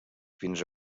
fins